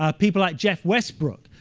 ah people like jeff westbrook,